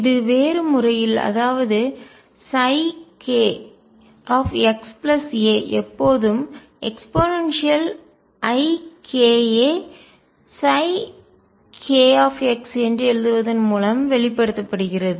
இது வேறு முறையில் அதாவது kxa எப்போதும் eikak என்று எழுதுவதன் மூலமும் வெளிப்படு த்தப்படுகிறது